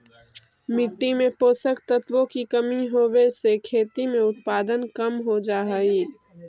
मिट्टी में पोषक तत्वों की कमी होवे से खेती में उत्पादन कम हो जा हई